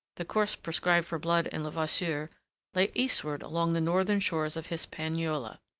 the course prescribed for blood and levasseur lay eastward along the northern shores of hispaniola.